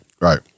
Right